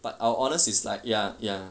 but our honours is like ya ya